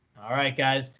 all right, guys.